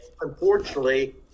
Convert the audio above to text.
unfortunately